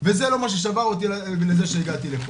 וזה לא מה ששבר אותי לזה שהגעתי לפה.